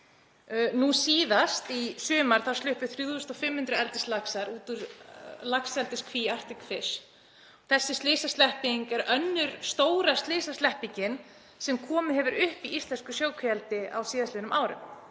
Nú síðast í sumar sluppu 3.500 eldislaxar úr laxeldiskví Arctic Fish. Þessi slysaslepping er önnur stóra slysasleppingin sem komið hefur upp í íslensku sjókvíaeldi á síðastliðnum árum